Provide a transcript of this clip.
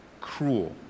Cruel